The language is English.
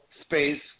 space